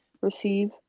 receive